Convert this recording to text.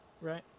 Right